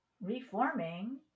reforming